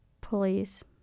police